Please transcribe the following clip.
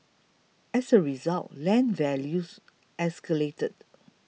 as a result land values escalated